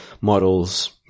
models